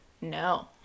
No